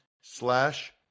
slash